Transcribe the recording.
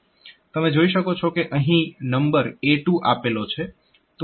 તમે જોઈ શકો છો કે અહીં નંબર A2 આપેલો છે